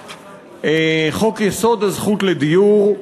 חוק-יסוד: הזכות לדיור.